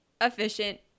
efficient